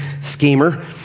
Schemer